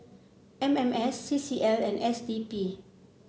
M M S C C L and S D P